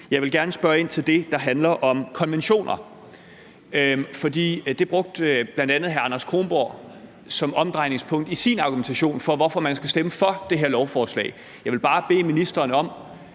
Jeg vil gerne spørge ind til det, der handler om konventioner, for det brugte bl.a. hr. Anders Kronborg som omdrejningspunkt i sin argumentation for, hvorfor man skulle stemme for det her lovforslag. Jeg vil bare bede ministeren om